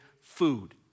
food